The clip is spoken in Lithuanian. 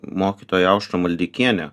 mokytoja aušra maldeikienė